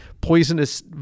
poisonous